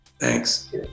Thanks